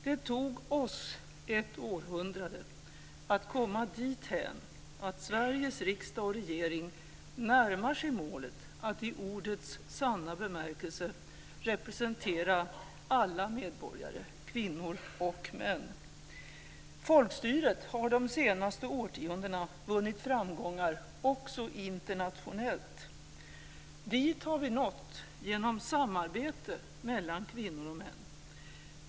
Det tog oss ett århundrade att komma dithän att Sveriges riksdag och regering närmar sig målet att i ordets sanna bemärkelse representera alla medborgare - kvinnor och män. Folkstyret har de senaste årtiondena vunnit framgångar också internationellt. Dit har vi nått genom samarbete mellan kvinnor och män.